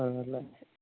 ஆ